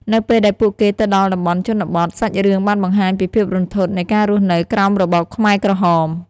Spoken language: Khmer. នៅពេលដែលពួកគេទៅដល់តំបន់ជនបទ សាច់រឿងបានបង្ហាញពីភាពរន្ធត់នៃការរស់នៅក្រោមរបបខ្មែរក្រហម។